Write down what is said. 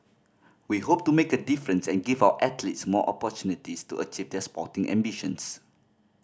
we hope to make a difference and give our athletes more opportunities to achieve their sporting ambitions